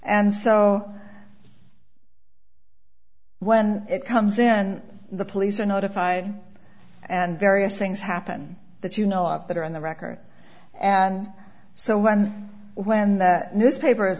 and so when it comes then the police are notified and various things happen that you know of that are on the record and so when when the newspaper